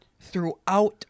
throughout